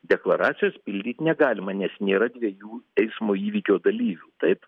deklaracijos pildyt negalima nes nėra dviejų eismo įvykio dalyvių taip